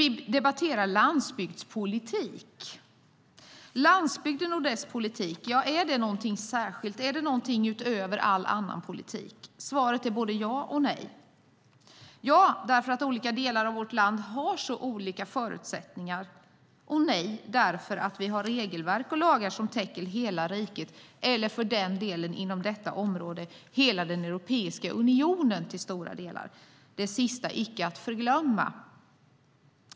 Vi debatterar landsbygdspolitik. Landsbygden och dess politik, är det någonting särskilt utöver all annan politik? Svaret är både ja och nej. Ja, därför att olika delar av vårt land har så olika förutsättningar. Nej, därför att vi har regelverk och lagar som täcker hela riket, eller för den delen inom detta område till stora delar hela Europeiska unionen. Det sista är icke att förglömma.